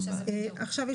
עכשיו,